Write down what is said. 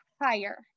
higher